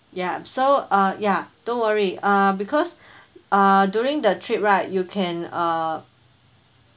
ya so uh ya don't worry uh because uh during the trip right you can uh